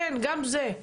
כן גם זה,